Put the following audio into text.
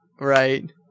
Right